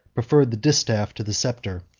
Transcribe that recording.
preferred the distaff to the sceptre,